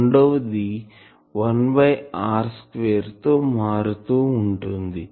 రెండవది 1 by r2 తో మారుతూ ఉంటుంది